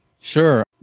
Sure